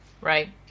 Right